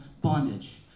bondage